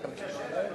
קשה לנו,